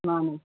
ꯃꯥꯅꯤ